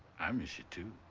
i miss you too.